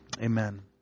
amen